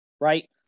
Right